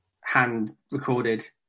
hand-recorded